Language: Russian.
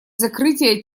закрытие